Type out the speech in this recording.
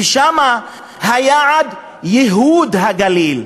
ושם היעד: ייהוד הגליל.